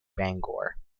bangor